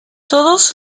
todos